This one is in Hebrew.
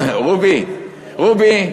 רובי,